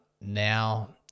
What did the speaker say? Now